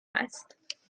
است